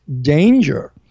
danger